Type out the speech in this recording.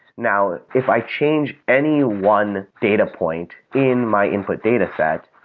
now, if i change any one data point in my input dataset,